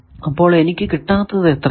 അപ്പോൾ എനിക്ക് കിട്ടാത്തത് എത്രയാണ്